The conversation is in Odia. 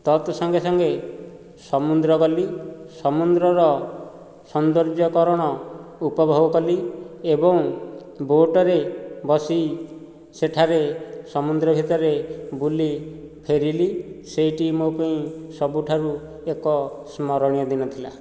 ତତ୍ ସଙ୍ଗେସଙ୍ଗେ ସମୁଦ୍ର ଗଲି ସମୁଦ୍ରର ସୌନ୍ଦର୍ଯ୍ୟକରଣ ଉପଭୋଗ କଲି ଏବଂ ବୋଟରେ ବସି ସେଠାରେ ସମୁନ୍ଦ୍ର ଭିତରେ ବୁଲି ଫେରିଲି ସେହିଠି ମୋ ପାଇଁ ସବୁଠାରୁ ଏକ ସ୍ମରଣୀୟ ଦିନ ଥିଲା